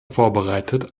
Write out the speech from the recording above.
vorbereitet